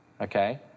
Okay